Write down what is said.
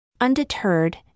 Undeterred